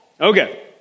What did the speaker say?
Okay